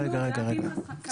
זה היה אז פנחס כהנא.